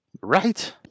Right